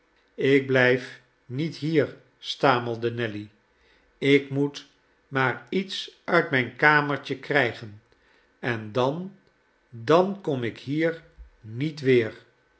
ik blijf niet hier stamelde nelly ik moet maar iets uit mijn kamertje krijgen en dan dan kom ik hier niet weer